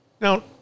Now